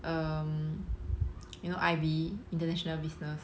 um you know I_B international business